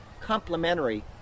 complementary